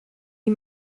die